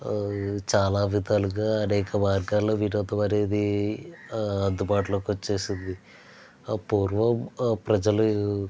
ఆ చాలా విధాలుగా అనేక మార్గాలు వినోదం అనేది ఆ అందుబాటులోకి వచ్చింది ఆ పూర్వం ఆ ప్రజలు